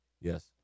Yes